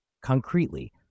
Concretely